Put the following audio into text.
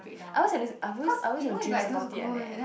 I always have this I've always I always have dreams about it one eh